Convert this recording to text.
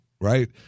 right